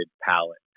palette